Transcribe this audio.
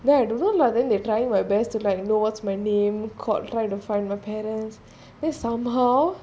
then I don't know lah then they trying their best to like know what's my name called tried to find my parents then somehow